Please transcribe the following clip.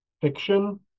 fiction